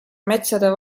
metsade